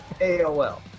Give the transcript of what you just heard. AOL